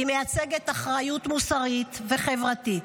היא מייצגת אחריות מוסרית וחברתית.